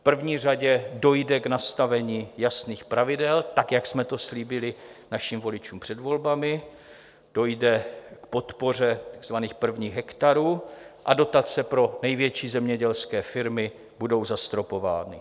V první řadě dojde k nastavení jasných pravidel tak, jak jsme to slíbili našim voličům před volbami, dojde k podpoře takzvaných prvních hektarů a dotace pro největší zemědělské firmy budou zastropovány.